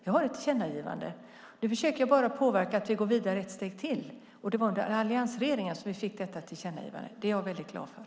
Jag har ett tillkännagivande. Nu försöker jag bara påverka så att vi går vidare med ett steg till. Det var under alliansregeringen som vi fick detta tillkännagivande. Det är jag väldigt glad för.